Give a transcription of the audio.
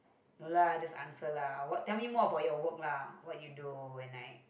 no lah just answer lah what tell me more about your work lah what you do and I